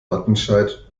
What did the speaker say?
wattenscheid